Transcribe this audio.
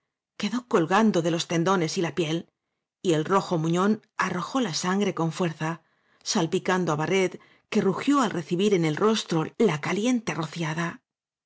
quedó colgando de los tendones y la piel y el rojo muñón arrojó la sangre con fuerza salpicando á barret que rugió al recibir en el rostro la caliente rociada